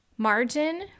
Margin